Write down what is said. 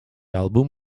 album